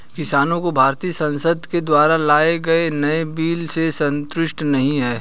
किसानों को भारतीय संसद के द्वारा लाए गए नए बिल से संतुष्टि नहीं है